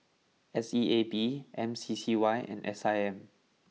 S E A B M C C Y and S I M